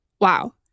wow